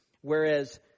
Whereas